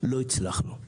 לא הצלחנו.